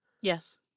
Yes